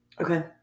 Okay